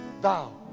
thou